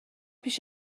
پیش